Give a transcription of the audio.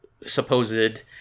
supposed